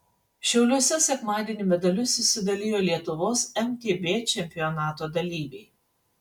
šiauliuose sekmadienį medalius išsidalijo lietuvos mtb čempionato dalyviai